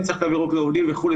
וכן צריך תו ירוק לעובדים וכו'.